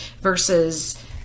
versus